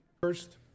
first